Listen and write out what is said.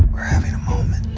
we're having a moment.